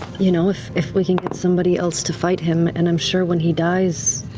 you know if if we can get somebody else to fight him, and i'm sure when he dies,